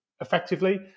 effectively